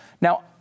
Now